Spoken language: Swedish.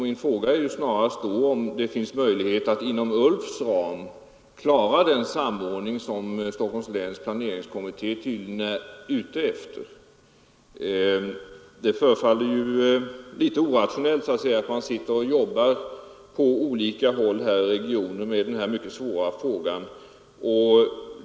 Min fråga är snarare då om det finns möjligheter att inom ULF:s ram klara den samordning som Stockholms läns planeringskommitté är ute efter. Det verkar orationellt att man sitter och jobbar på olika håll i regionen med denna mycket svåra fråga.